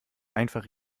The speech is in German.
einfach